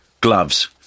gloves